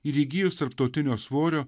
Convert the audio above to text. ir įgijus tarptautinio svorio